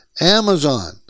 Amazon